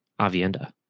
Avienda